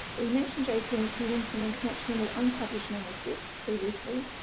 we mentioned jc so williamson in connection with unpublished manuscripts previously,